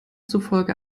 zufolge